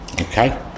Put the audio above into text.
Okay